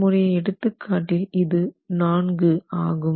நம்முடைய எடுத்துக்காட்டில் இது 4 ஆகும்